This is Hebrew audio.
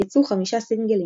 יצאו חמישה סינגלים,